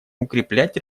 укреплять